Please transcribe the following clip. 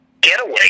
getaway